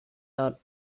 out